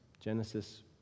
Genesis